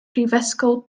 prifysgol